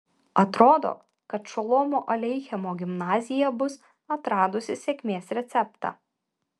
atrodo kad šolomo aleichemo gimnazija bus atradusi sėkmės receptą